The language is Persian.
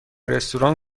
رستوران